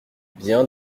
bien